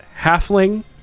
halfling